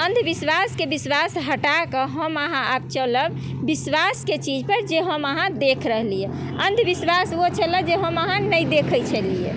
तऽ अन्धविश्वासके विश्वास हटाके हम अहाँ आब चलब विश्वासके चीजपर जे हम अहाँ देख रहली हइ अन्धविश्वास ओ छलै जे हम अहाँ नहि देखै छलिए